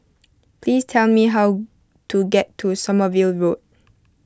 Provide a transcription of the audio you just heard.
please tell me how to get to Sommerville Road